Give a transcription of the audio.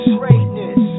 greatness